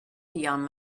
beyond